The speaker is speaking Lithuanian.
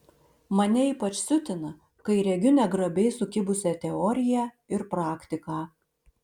mane ypač siutina kai regiu negrabiai sukibusią teoriją ir praktiką